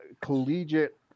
collegiate